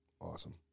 awesome